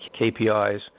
KPIs